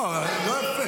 לא, לא יפה.